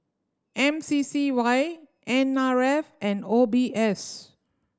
M C C Y N R F and O B S